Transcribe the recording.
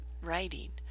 writing